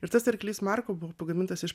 ir tas arklys marko buvo pagamintas iš